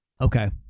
Okay